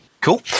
Cool